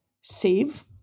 save